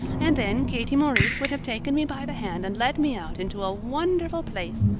and then katie maurice would have taken me by the hand and led me out into a wonderful place,